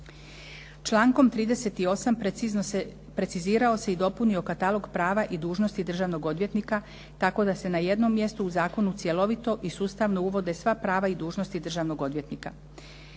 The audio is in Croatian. Člankom 38. precizirao se i dopunio katalog prava i dužnosti državnog odvjetnika tako da se na jednom mjestu u zakonu cjelovito i sustavno uvode sva prava i dužnosti državnog odvjetnika.